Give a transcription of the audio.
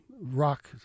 rock